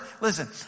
listen